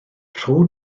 rho